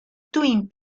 twin